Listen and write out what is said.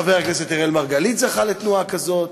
חבר הכנסת אראל מרגלית זכה לתנועה כזאת,